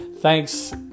Thanks